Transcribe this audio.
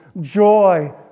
Joy